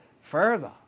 further